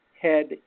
head